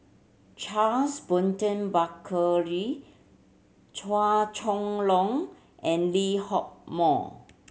Charles Burton Buckley Chua Chong Long and Lee Hock Moh